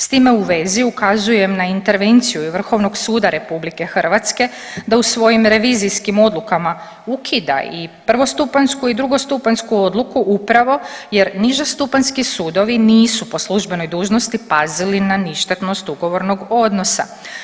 S time u vezi ukazujem na intervenciju i Vrhovnog suda RH da u svojim revizijskim odlukama ukida i prvostupanjsku i drugostupanjsku odluku upravo jer niže stupanjski sudovi nisu po službenoj dužnosti pazili na ništetnost ugovornog odnosa.